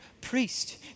priest